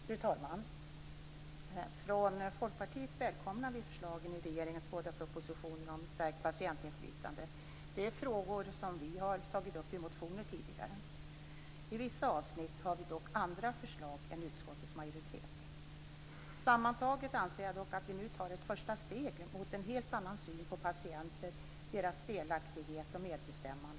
Fru talman! Från Folkpartiet välkomnar vi förslagen i regeringens båda propositioner om stärkt patientinflytande. Det är frågor som vi har tagit upp i motioner tidigare. I vissa avsnitt har vi dock andra förslag än utskottets majoritet. Sammantaget anser jag dock att vi nu tar ett första steg mot en helt annan syn på patienter, deras delaktighet och medbestämmande.